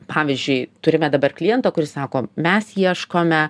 pavyzdžiui turime dabar klientą kuris sako mes ieškome